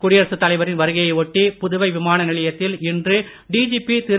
குடியரசுத் தலைவரின் வருகையை ஒட்டி புதுவை விமான நிலையத்தில் இன்று டிஜிபி திரு